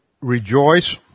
rejoice